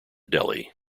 delhi